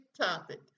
topic